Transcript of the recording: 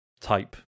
type